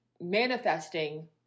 manifesting